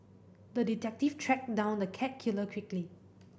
the detective tracked down the cat killer quickly